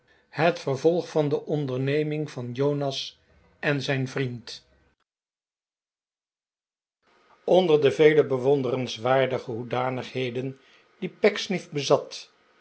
het vervolg van de onderneming van jonas en zijn vriend onder de vele bewonderenswaardige hoedanigheden die pecksniff bezat